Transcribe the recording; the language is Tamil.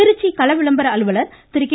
திருச்சி கள விளம்பர அலுவலர் திரு கே